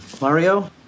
Mario